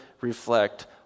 reflect